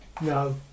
No